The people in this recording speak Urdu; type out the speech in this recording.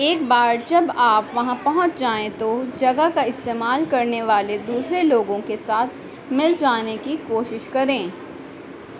ایک بار جب آپ وہاں پہنچ جائیں تو جگہ کا استعمال کرنے والے دوسرے لوگوں کے ساتھ مل جانے کی کوشش کریں